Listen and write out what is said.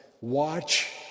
Watch